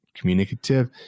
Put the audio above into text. communicative